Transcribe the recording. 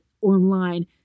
Online